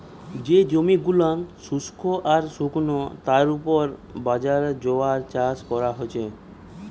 যে জমি গুলা শুস্ক আর শুকনো তার উপর বাজরা, জোয়ার চাষ কোরা হচ্ছে